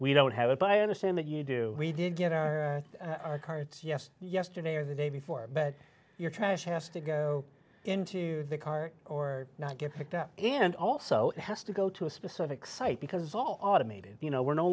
we don't have it but i understand that you do we did get our carts yes yesterday or the day before but your trash has to go into the car or not get picked up and also has to go to a specific site because all automated you know we're no